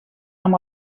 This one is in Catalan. amb